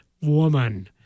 woman